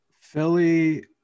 Philly